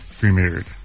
premiered